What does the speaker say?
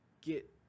get